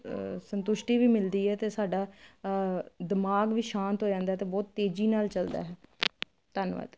ਸੰਤੁਸ਼ਟੀ ਵੀ ਮਿਲਦੀ ਹੈ ਤੇ ਸਾਡਾ ਦਿਮਾਗ ਵੀ ਸ਼ਾਂਤ ਹੋ ਜਾਂਦਾ ਤੇ ਬਹੁਤ ਤੇਜ਼ੀ ਨਾਲ ਚੱਲਦਾ ਹੈ ਧੰਨਵਾਦ